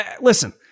listen